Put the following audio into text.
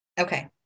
Okay